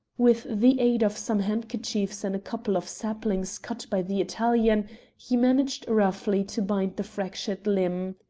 with the aid of some handkerchiefs and a couple of saplings cut by the italian he managed roughly to bind the fractured limb.